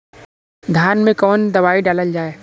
धान मे कवन दवाई डालल जाए?